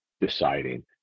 deciding